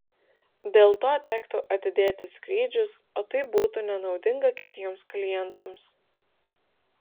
dėl to tektų atidėti skrydžius o tai būtų nenaudinga kitiems klientams